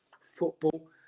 football